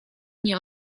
nie